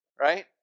right